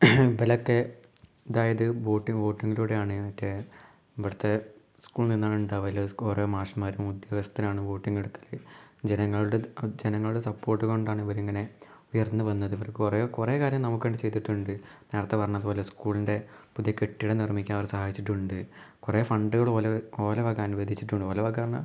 അതായിത് വോട്ട് വോട്ടിങ്ങിലൂടെയാണ് മറ്റേ ഇവിടത്തെ സ്കൂളിൽ നിന്നാണ് ഉണ്ടാവല് കുറെ മാഷ്മ്മാര് ഉദ്യോഗസ്ഥരാണ് വോട്ടിങ്ങെടുക്കല് ജനങ്ങളുടെ ജനങ്ങളുടെ സപ്പോർട്ട് കൊണ്ടാണ് ഇവരിങ്ങനെ ഉയർന്നുവന്നത് ഇവർ കുറെ കുറെ കാര്യം നമുക്ക് വേണ്ടി ചെയ്യ്തിട്ടുണ്ട് നേരത്തെ പറഞ്ഞത് പോലെ സ്കൂളിൻ്റെ പുതിയ കെട്ടിടം നിർമ്മിക്കാൻ വരെ സഹായിച്ചിട്ടുണ്ട് കുറെ ഫണ്ട്കള് പോലെ ഓലവെക്കാൻ അനുവദിച്ചിട്ടുണ്ട് ഓലവെക്കാനന്ന് പറഞ്ഞാൽ